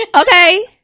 okay